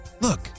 Look